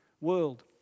world